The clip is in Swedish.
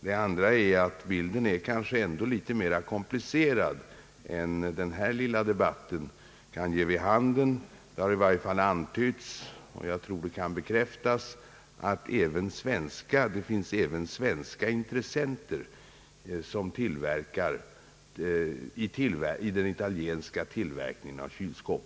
Det andra var att bilden nog är litet mera komplicerad än vad den här lilla debatten kan ge vid handen. Det har i varje fall antytts, och jag tror att detta kan bekräftas, att det även finns svenska intressenter i den italienska tillverkningen av kylskåp.